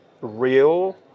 real